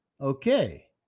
Okay